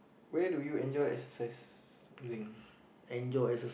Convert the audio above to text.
where do you enjoy exercising